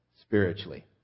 spiritually